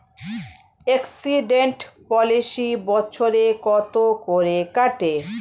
Accident policy বছরে কত করে কাটে?